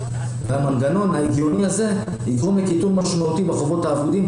והמנגנון ההגיוני הזה יגרום לקיטון משמעותי בחובות האבודות,